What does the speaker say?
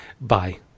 Bye